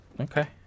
Okay